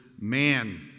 man